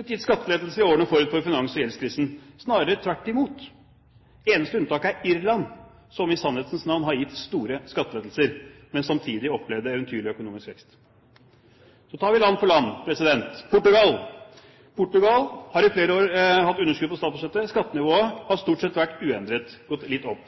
gitt skattelettelser i årene forut for finans- og gjeldskrisen – snarere tvert imot. Det eneste unntaket er Irland, som i sannhetens navn har gitt store skattelettelser, men som samtidig opplevde eventyrlig økonomisk vekst. Vi tar det land for land. Portugal har i flere år hatt underskudd på statsbudsjettet. Skattenivået har stort sett vært uendret eller gått litt opp.